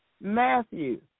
Matthew